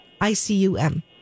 I-C-U-M